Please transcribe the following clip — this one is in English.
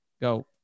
Go